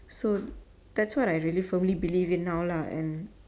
so that's what I really firmly believe it now lah and